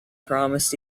promised